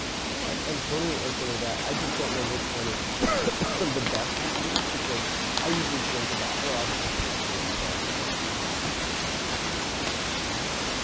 no, i'm totally open to that. i just don't know which one is the best to choose, because i usually think about, oh, i'll just upload these all to youtube, but i don't even know what i would do with that, you know so.